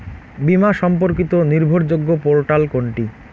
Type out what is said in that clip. বীমা সম্পর্কিত নির্ভরযোগ্য পোর্টাল কোনটি?